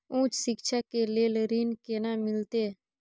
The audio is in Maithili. उच्च शिक्षा के लेल ऋण केना मिलते?